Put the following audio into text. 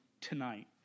tonight